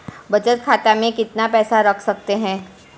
बचत खाते में कितना पैसा रख सकते हैं?